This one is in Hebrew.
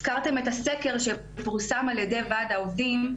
הזכרתם את הסקר שפורסם על ידי ועד העובדים,